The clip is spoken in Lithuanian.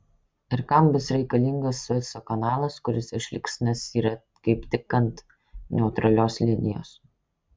ir kam bus reikalingas sueco kanalas kuris išliks nes yra kaip tik ant neutralios linijos